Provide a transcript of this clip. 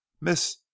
Miss